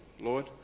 Lord